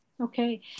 Okay